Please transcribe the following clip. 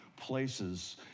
places